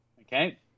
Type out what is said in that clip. okay